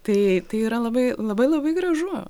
tai tai yra labai labai labai gražu